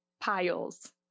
Piles